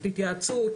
תתייעצו,